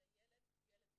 אלא ילד הוא ילד מבחינתנו,